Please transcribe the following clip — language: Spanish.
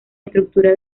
estructura